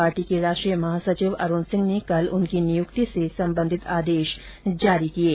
party के राष्ट्रीय महासचिव अरूण सिंह ने कल उनकी नियुक्ति से संबंधी आदेश जारी किये